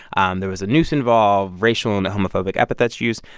um there was a noose involved, racial and homophobic epithets used.